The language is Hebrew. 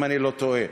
אם אני לא טועה.